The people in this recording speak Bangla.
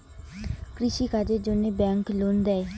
কৃষি কাজের জন্যে ব্যাংক লোন দেয়?